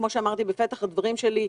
כפי שאמרתי בפתח הדברים שלי,